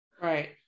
Right